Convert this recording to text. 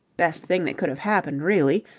best thing that could have happened, really,